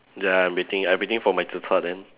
ya I'm waiting I'm waiting for my zi char then